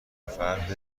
فرد